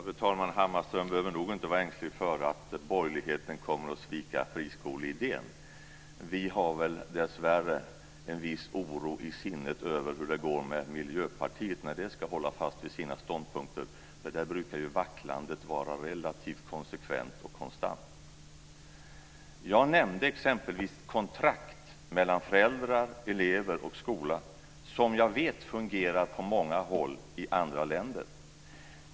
Fru talman! Hammarström behöver nog inte vara ängslig för att borgerligheten kommer att svika friskoleidén. Vi har väl dessvärre en viss oro i sinnet över hur det går när Miljöpartiet ska hålla fast vid sina ståndpunkter. Där brukar vacklandet vara relativt konsekvent och konstant. Jag nämnde exempelvis kontrakt mellan föräldrar, elever och skola, något som jag vet fungerar på många håll i andra länder.